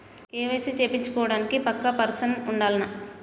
KYC చేపిచ్చుకోవడానికి పక్కా person ఉండాల్నా?